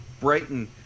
Brighton